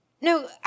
no